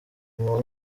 muba